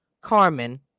Carmen